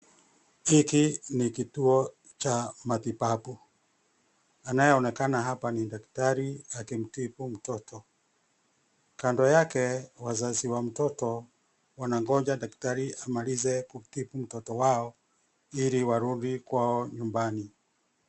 Hiki ni kituo cha matibabu anayeonekana hapa ni daktari akimtibu mtoto. Kando yake wazazi wa mtoto wanangoja daktari amalize kumtibu mtoto wao, ili warudi kwao nyumbani.